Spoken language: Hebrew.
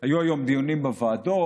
היו היום דיונים בוועדות,